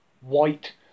white